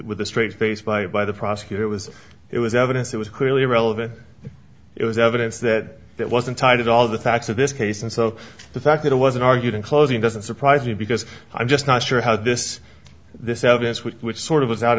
with a straight face by a by the prosecutor it was it was evidence it was clearly irrelevant it was evidence that that wasn't tied at all the facts of this case and so the fact that it wasn't argued in closing doesn't surprise me because i'm just not sure how this this evidence which sort of was out